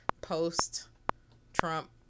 post-Trump